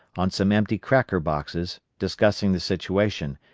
on some empty cracker boxes, discussing the situation,